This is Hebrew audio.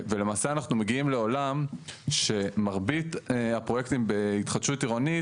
ולמעשה אנחנו מגיעים לעולם שמרבית הפרויקטים בהתחדשות עירונית,